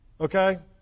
okay